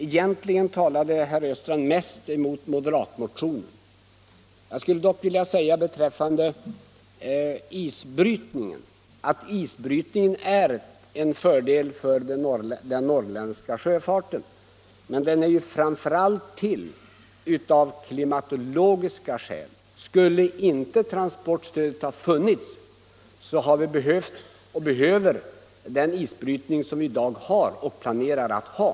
Egentligen talade herr Östrand mest emot moderatreservationen. Jag skulle dock vilja säga beträffande isbrytningen att den naturligtvis är till fördel för den norrländska sjöfarten, men den är betingad framför allt av klimatologiska skäl. Även om transportstödet inte funnes, skulle vi behöva den isbrytning som vi i dag har och som vi planerar att ha.